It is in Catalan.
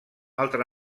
altra